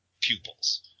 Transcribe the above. pupils